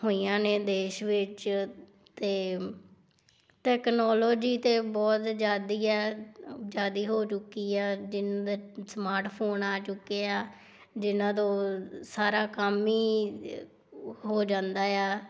ਹੋਈਆਂ ਨੇ ਦੇਸ਼ ਵਿੱਚ ਤਾਂ ਟੈਕਨੋਲੋਜੀ ਤਾਂ ਬਹੁਤ ਜ਼ਿਆਦਾ ਹੈ ਜ਼ਿਆਦਾ ਹੋ ਚੁੱਕੀ ਹੈ ਸਮਾਰਟ ਫੋਨ ਆ ਚੁੱਕੇ ਆ ਜਿਨ੍ਹਾਂ ਤੋਂ ਸਾਰਾ ਕੰਮ ਹੀ ਹੋ ਜਾਂਦਾ ਆ